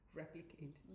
replicate